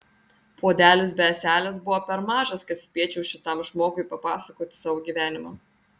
puodelis be ąselės buvo per mažas kad spėčiau šitam žmogui papasakoti savo gyvenimą